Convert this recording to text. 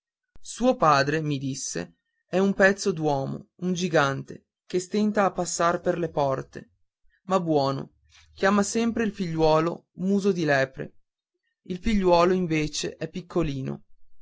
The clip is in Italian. suo padre mi disse è un pezzo d'uomo un gigante che stenta a passar per le porte ma buono e chiama sempre il figliuolo muso di lepre il figliuolo invece è piccolino